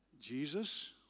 Jesus